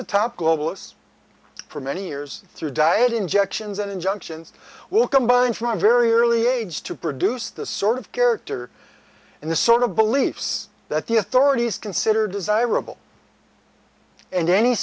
the top globalists for many years through diet injections and injunctions will combine from a very early age to produce the sort of character and the sort of beliefs that the authorities consider desirable and any